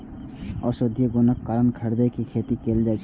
औषधीय गुणक कारण हरदि के खेती कैल जाइ छै